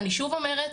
אני שוב אומרת,